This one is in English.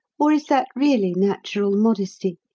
or is that really natural modesty?